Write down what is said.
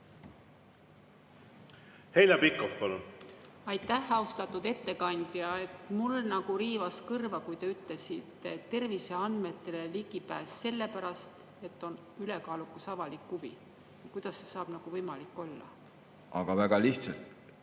võimalik olla? Aitäh, austatud ettekandja! Mul riivas kõrva, kui te ütlesite, et terviseandmetele ligipääs on sellepärast, et on ülekaalukas avalik huvi. Kuidas see saab võimalik olla? Aga väga lihtsalt.